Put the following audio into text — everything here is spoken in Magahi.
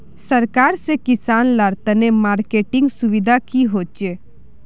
सरकार से किसान लार तने मार्केटिंग सुविधा की होचे?